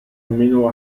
almeno